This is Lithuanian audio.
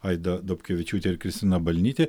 aida dobkevičiūtė ir kristina balnytė